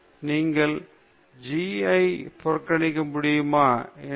நீங்கள் g ஐ புறக்கணிக்க முடியுமா மற்றும் என்ன நடக்கிறது என்று பார்க்கலாம்